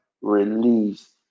release